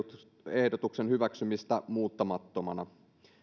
lakiehdotuksen hyväksymistä muuttamattomana